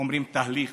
אומרים "תהליך",